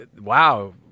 wow